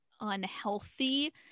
unhealthy